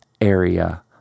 area